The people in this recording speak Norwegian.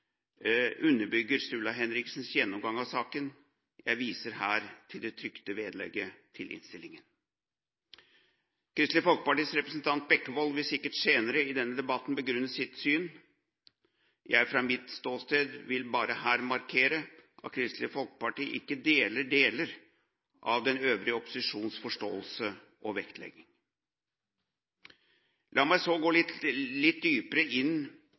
underbygger Sturla Henriksens gjennomgang av saken. Jeg viser her til det trykte vedlegget til innstillingen. Kristelig Folkepartis representant Bekkevold vil sikkert senere i denne debatten begrunne sitt syn. Jeg, fra mitt ståsted, vil bare her markere at Kristelig Folkeparti ikke deler deler av den øvrige opposisjonens forståelse og vektlegging. La meg gå litt dypere inn